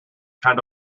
kind